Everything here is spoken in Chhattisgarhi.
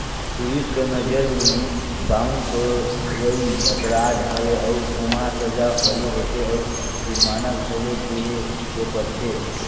पुलिस कर नंजर में बाउंस होवई अपराध हवे अउ ओम्हां सजा घलो होथे अउ जुरमाना घलो देहे ले परथे